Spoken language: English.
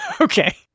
Okay